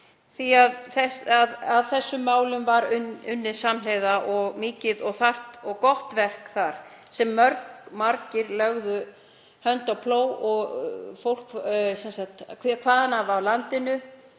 að að þessum málum var unnið samhliða og mikið og þarft og gott verk þar sem margir lögðu hönd á plóg, fólk hvaðanæva af landinu,